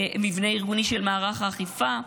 מבנה ארגוני של מערך האכיפה,